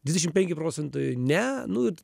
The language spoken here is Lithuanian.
dvidešim penki procentai ne nu